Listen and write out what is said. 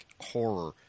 horror